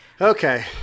Okay